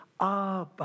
Abba